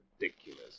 ridiculous